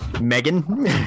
Megan